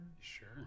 Sure